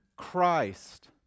Christ